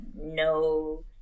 no